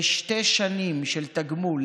בשתי שנים של תגמול,